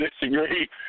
disagree